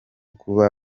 kuba